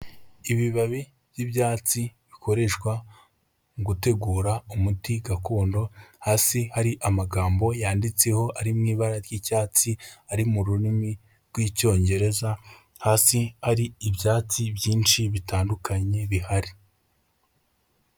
Ibibabi by'ibyatsi bikoreshwa mu gutegura umuti gakondo, hasi hari amagambo yanditseho ari mu ibara ry'icyatsi ari mu rurimi rw'Icyongereza, hasi hari ibyatsi byinshi bitandukanye bihari.